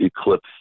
eclipse